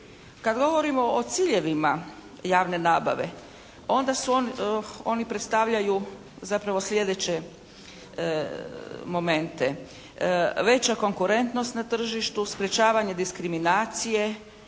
Kad govorimo o ciljevima javne nabave onda su, oni predstavljaju zapravo sljedeće momente. Veća konkurentnost na tržištu, sprečavanje diskriminacije